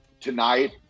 Tonight